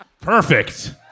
perfect